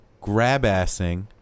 grab-assing